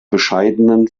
bescheidenen